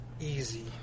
easy